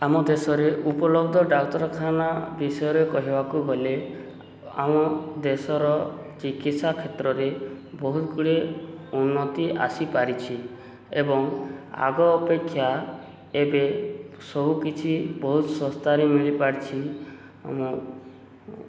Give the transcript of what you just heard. ଆମ ଦେଶରେ ଉପଲବ୍ଧ ଡାକ୍ତରଖାନା ବିଷୟରେ କହିବାକୁ ଗଲେ ଆମ ଦେଶର ଚିକିତ୍ସା କ୍ଷେତ୍ରରେ ବହୁତ ଗୁଡ଼ିଏ ଉନ୍ନତି ଆସିପାରିଛି ଏବଂ ଆଗ ଅପେକ୍ଷା ଏବେ ସବୁକିଛି ବହୁତ ଶସ୍ତାରେ ମିଳିପାରିଛି